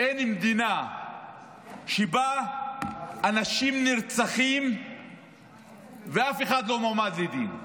אין מדינה שבה אנשים נרצחים ואף אחד לא מועמד לדין.